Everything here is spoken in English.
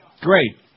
Great